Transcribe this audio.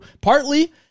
Partly